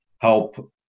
help